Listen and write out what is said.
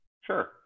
Sure